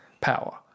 power